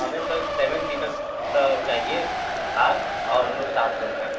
हमें sir seven seater चाहिए car और हम लोग सात लोग हैं